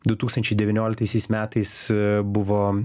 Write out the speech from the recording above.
du tūkstančiai devynioliktaisiais metais buvo